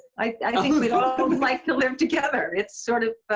i think we'd all so like to live together. it's sort of a